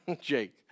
Jake